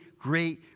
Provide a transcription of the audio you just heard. great